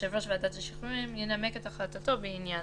יושב ראש ועדת השחרורים ינמק את החלטתו בעניין